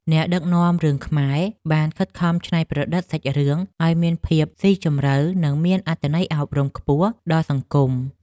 អ្នកដឹកនាំរឿងខ្មែរបានខិតខំច្នៃប្រឌិតសាច់រឿងឱ្យមានភាពស៊ីជម្រៅ និងមានអត្ថន័យអប់រំខ្ពស់ដល់សង្គម។